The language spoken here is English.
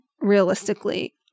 realistically